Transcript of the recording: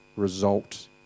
result